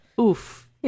Oof